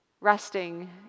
resting